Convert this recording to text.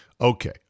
Okay